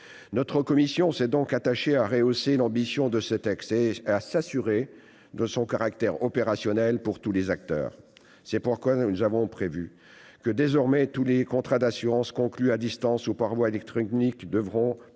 Notre commission s'est donc attachée à rehausser l'ambition du texte et à s'assurer de son caractère opérationnel pour tous les acteurs. C'est pourquoi nous avons prévu que tous les contrats d'assurance conclus à distance ou par voie électronique devront désormais